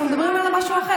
אנחנו מדברים על משהו אחר.